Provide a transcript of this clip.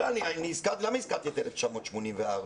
למה הזכרתי את 1984?